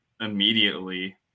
immediately